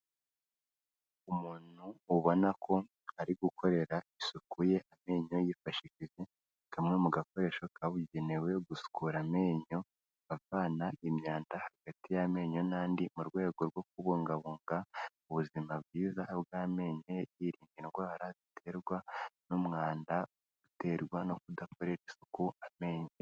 Umuntu ubona ko ari gukorera isuku ye amenyo, yifashishije kamwe mu gakoresho kabugenewe gusukura amenyo, avana imyanda hagati y'amenyo n'andi, mu rwego rwo kubungabunga ubuzima bwiza bw'amenyo, yirinda indwara ziterwa n'umwanda uterwa no kudakorera isuku amenyo.